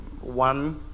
one